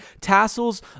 tassels